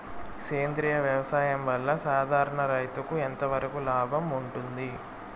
సేంద్రియ వ్యవసాయం వల్ల, సాధారణ రైతుకు ఎంతవరకు లాభంగా ఉంటుంది?